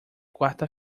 quarta